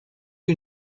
you